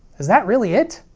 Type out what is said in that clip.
is that really it?